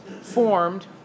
formed